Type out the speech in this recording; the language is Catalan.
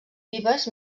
vives